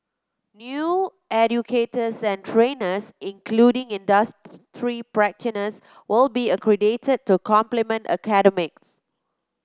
new educators and trainers including industry practitioners will be accredited to complement academics